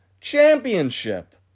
Championship